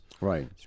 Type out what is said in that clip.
Right